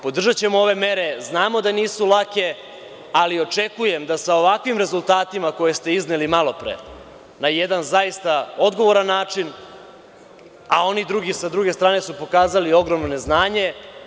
Podržaćemo ove mere, znamo da nisu lake ali očekujem da sa ovakvim rezultatima koje ste izneli malopre na jedan zaista odgovoran način, a oni drugi sa druge strane su pokazali ogromno neznanje.